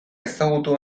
ezagutu